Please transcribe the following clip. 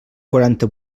quaranta